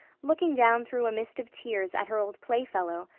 looking down through a mist of tears, at her old playfellow,